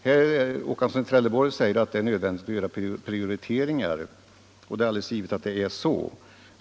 Herr Håkansson i Trelleborg säger att det är nödvändigt att göra prioriteringar, och det är alldeles givet.